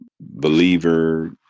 believer